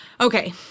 Okay